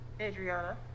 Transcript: Adriana